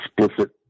explicit